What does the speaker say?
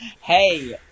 Hey